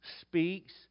speaks